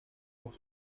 pour